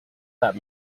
that